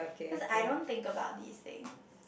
because I don't think about these things